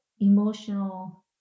emotional